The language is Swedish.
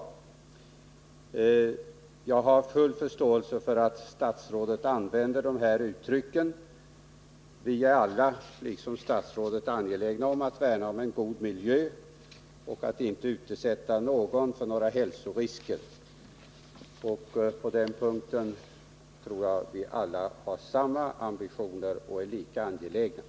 Jag har full förståelse för att statsrådet använder dessa uttryck. Vi är alla, liksom statsrådet, angelägna om att värna en god miljö och inte utsätta någon för hälsorisker. På den punkten tror jag vi alla har samma ambitioner och är lika angelägna.